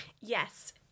Yes